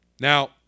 Now